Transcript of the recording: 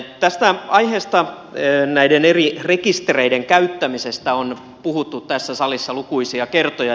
tästä aiheesta näiden eri rekistereiden käyttämisestä on puhuttu tässä salissa lukuisia kertoja